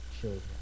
children